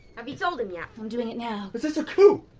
um you told him yet? i'm doing it now. is this a coup?